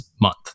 month